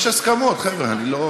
עוד חוק?